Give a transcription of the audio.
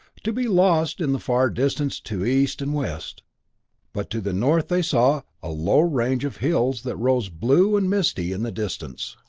to be lost in the far distance to east and west but to the north they saw a low range of hills that rose blue and misty in the distance.